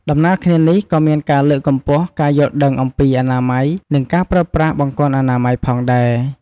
ដំណាលគ្នានេះ ក៏មានការលើកកម្ពស់ការយល់ដឹងអំពី អនាម័យ និងការប្រើប្រាស់បង្គន់អនាម័យផងដែរ។